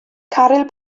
caryl